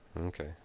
Okay